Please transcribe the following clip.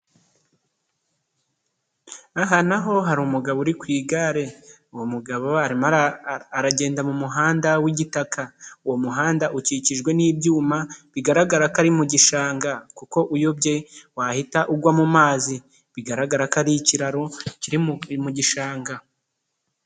Aha naho hari umugabo uri ku igare, uwo mugabo aragenda mu muhanda w'igitaka, uwo muhanda ukikijwe n'ibyuma bigaragara ko ari mu gishanga, kuko uyobye wahita ugwa mu mazi, bigaragara ko ari ikiraro kiri mu gishanga.